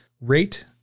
rate